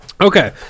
Okay